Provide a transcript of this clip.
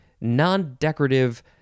non-decorative